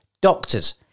Doctors